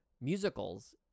musicals